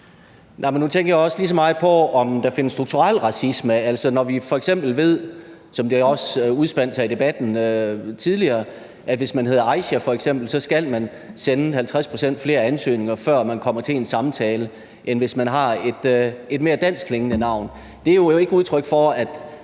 Nu tænkte jeg også lige så meget på, om der findes strukturel racisme. Når vi f.eks. ved, som det også blev sagt i debatten tidligere, at hvis man f.eks. hedder Aisha, skal man sende 50 pct. flere ansøgninger, før man kommer til en samtale, end hvis man har et mere danskklingende navn, er det jo ikke udtryk for, at